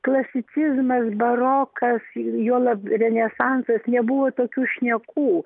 klasicizmas barokas ir juolab renesansas nebuvo tokių šnekų